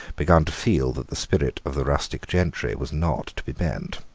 begun to feel that the spirit of the rustic gentry was not to be bent.